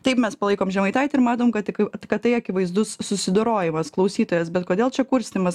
taip mes palaikom žemaitaitį ir matom kad tik kad tai akivaizdus susidorojimas klausytojas bet kodėl čia kurstymas